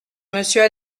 monsieur